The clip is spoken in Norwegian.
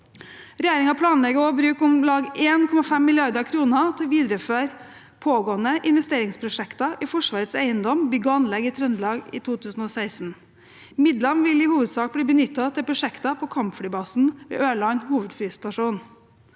Regjeringen planlegger også å bruke om lag 1,5 mrd. kr til å videreføre pågående investeringsprosjekter i Forsvarets eiendom, bygg og anlegg i Trøndelag i 2016. Midlene vil i hovedsak bli benyttet til prosjekter på kampflybasen ved Ørland hovedflystasjon.